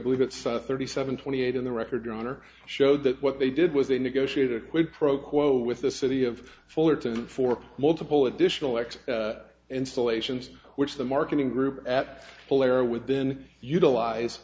believe it's thirty seven twenty eight in the record your honor showed that what they did was they negotiate a quid pro quo with the city of fullerton for multiple additional x installations which the marketing group at celera within utilize